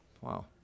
Wow